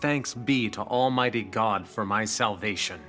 thanks be to almighty god for my salvation